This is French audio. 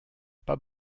pas